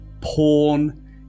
porn